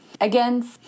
Again